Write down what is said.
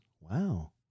Wow